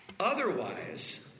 Otherwise